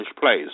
place